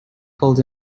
pulled